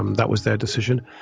um that was their decision.